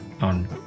on